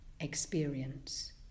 experience